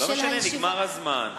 לא משנה, נגמר הזמן.